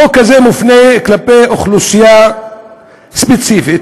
החוק הזה מופנה כלפי אוכלוסייה ספציפית,